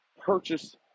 purchase